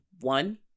one